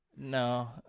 no